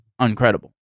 uncredible